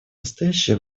настоящее